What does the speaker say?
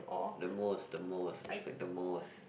the most the most we should like the most